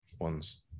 ones